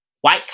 White